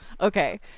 Okay